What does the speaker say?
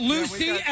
Lucy